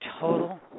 total